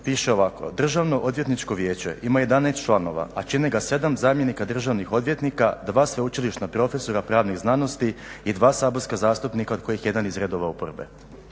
piše ovako: "Državno odvjetničko vijeće ima 11 članova a čine ga 7 zamjenika državnih odvjetnika, dva sveučilišna profesora pravnih znanosti i dva saborska zastupnika od kojih jedan iz redova oporbe.".